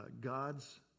God's